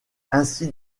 ainsi